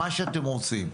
מה שאתם רוצים.